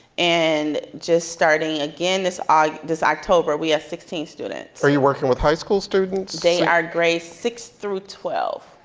and just starting again this ah this october, we have sixteen students. are you working with high school students? they are grade six through twelve.